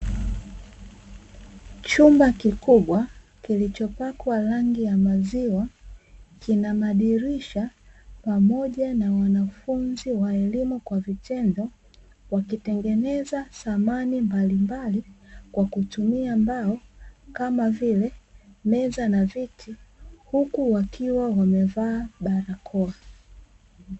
Chumba kikubwa kilichopakwa rangi ya maziwa, kina madirisha pamoja na wanafunzi wa elimu kwa vitendo, wakitengeneza thamani mbalimbali kwa kutumia mbao kama vile; meza na viti, huku wakiwa wamevaa barakoa.